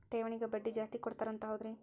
ಠೇವಣಿಗ ಬಡ್ಡಿ ಜಾಸ್ತಿ ಕೊಡ್ತಾರಂತ ಹೌದ್ರಿ?